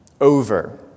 over